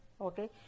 okay